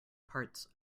parts